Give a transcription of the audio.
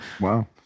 Wow